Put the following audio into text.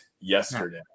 yesterday